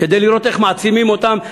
כדי לראות איך מעצימים אותן,